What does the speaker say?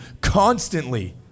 constantly